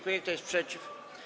Kto jest przeciw?